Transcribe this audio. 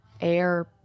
air